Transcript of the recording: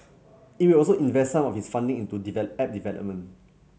it will also invest some of its funding into app development